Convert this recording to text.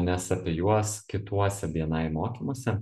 nes apie juos kituose bni mokymuose